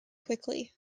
quickly